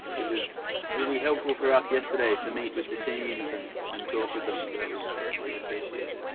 it was really helpful for us yesterday to meet with the teams and talk with them, so that was really appreciated.